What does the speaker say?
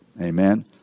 Amen